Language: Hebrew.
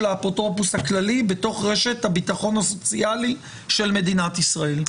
האפוטרופוס הכללי בתוך רשת הביטחון הסוציאלי של מדינת ישראל.